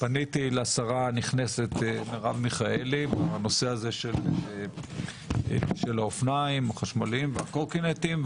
פניתי לשרה הנכנסת מרב מיכאלי בנושא האופניים החשמליים והקורקינטים,